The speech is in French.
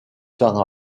temps